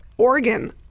organ